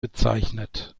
bezeichnet